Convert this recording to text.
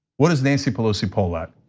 what does nancy pelosi poll at?